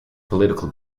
political